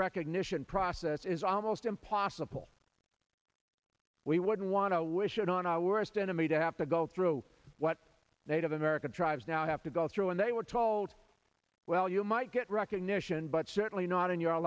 recognition process is almost impossible we wouldn't want to wish on our worst enemy to have to go through what native american tribes now have to go through and they were told well you might get recognition but certainly not in your